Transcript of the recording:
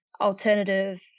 alternative